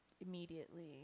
immediately